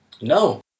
No